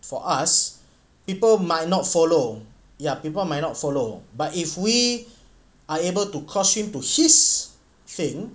for us people might not follow ya people might not follow but if we are able to cast stream to his thing